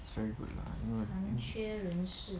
it's very good lah